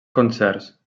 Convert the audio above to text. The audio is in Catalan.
concerts